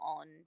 on